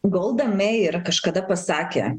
golda meir kažkada pasakė